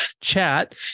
chat